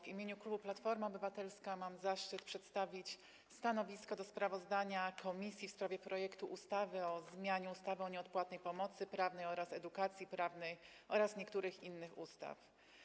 W imieniu klubu Platforma Obywatelska mam zaszczyt przedstawić stanowisko wobec sprawozdania komisji o projekcie ustawy o zmianie ustawy o nieodpłatnej pomocy prawnej oraz edukacji prawnej oraz niektórych innych ustaw.